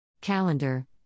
calendar